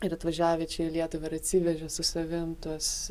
ir atvažiavę čia į lietuvą ir atsivežė su savim tuos